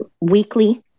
weekly